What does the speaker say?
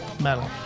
metal